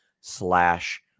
slash